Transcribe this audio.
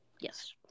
Yes